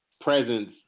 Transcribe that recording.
presence